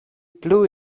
plu